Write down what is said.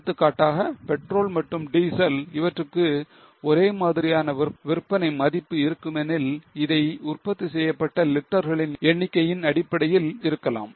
எடுத்துக்காட்டாக petrol மற்றும் diesel இவற்றுக்கு ஒரே மாதிரியான விற்பனை மதிப்பு இருக்குமெனில் இதை உற்பத்தி செய்யப்பட்ட லிட்டர் களின் எண்ணிக்கையின் அடிப்படையில் இருக்கலாம்